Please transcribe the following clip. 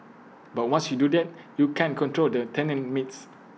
but once you do that you can't control the tenant mix